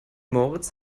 moritz